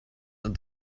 and